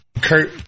Kurt